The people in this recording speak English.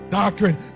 doctrine